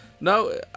no